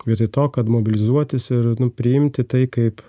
vietoj to kad mobilizuotis ir priimti tai kaip